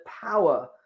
power